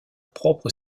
propre